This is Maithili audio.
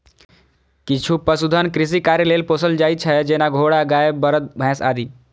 किछु पशुधन कृषि कार्य लेल पोसल जाइ छै, जेना घोड़ा, गाय, बरद, भैंस आदि